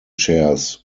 chairs